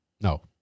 no